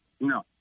No